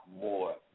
more